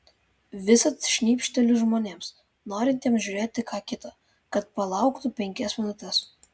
visad šnibžteliu žmonėms norintiems žiūrėti ką kita kad palauktų penkias minutes